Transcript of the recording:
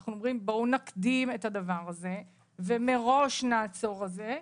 אנחנו אומרים - בואו נקדים את הדבר הזה ומראש נעצור את זה.